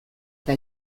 eta